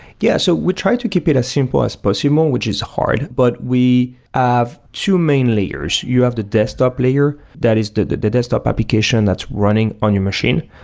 yeah so we try to keep it as simple as possible, which is hard. but we ah have two main layers. you have the desktop layer that is the the desktop application that's running on your machine,